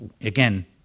Again